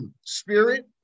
spirit